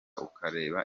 ukareba